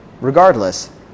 Regardless